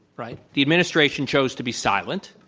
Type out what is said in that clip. right? the administration chose to be silent,